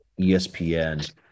ESPN